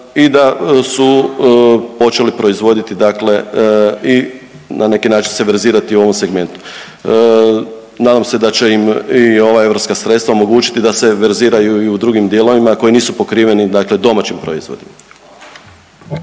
i da su počeli proizvoditi dakle i na neki način se verzirati u ovom segmentu. Nadam se da će im i ova europska sredstva omogućiti da se verziraju i u drugim dijelovima koji nisu pokriveni dakle domaćim proizvodima.